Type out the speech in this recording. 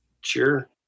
Sure